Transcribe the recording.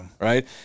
right